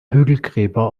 hügelgräber